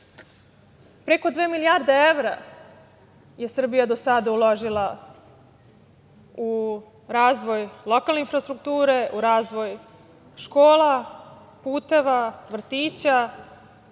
dve milijarde evra Srbija je do sada uložila u razvoj lokalne infrastrukture, u razvoj škola, puteva, vrtića.